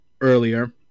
earlier